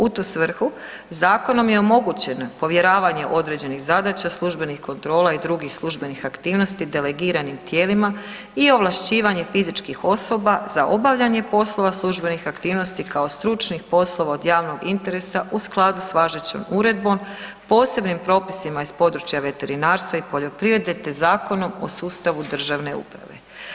U tu svrhu, zakonom je omogućeno povjeravanje određenih zadaća službenih kontrola i drugih službenih aktivnosti delegiranim tijelima i ovlašćivanje fizičkih osoba za obavljanje poslova službenih aktivnosti kao stručnih poslova od javnog interesa u skladu sa važećom uredbom, posebnim propisima iz područja veterinarstva i poljoprivrede te Zakonom o sustavu državne uprave.